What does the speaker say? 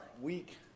week